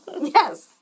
Yes